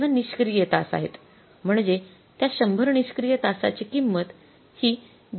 म्हणजे त्या १०० निष्क्रिय तासाची किंमत हि देय केली आहे